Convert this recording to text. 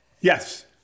Yes